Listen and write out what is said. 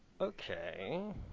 Okay